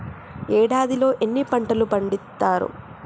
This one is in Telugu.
ఏడాదిలో ఎన్ని పంటలు పండిత్తరు?